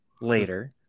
later